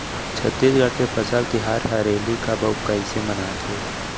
छत्तीसगढ़ के फसल तिहार हरेली कब अउ कइसे मनाथे?